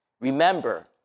Remember